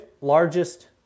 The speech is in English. largest